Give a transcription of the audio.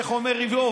איך אומר איוב?